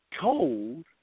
Told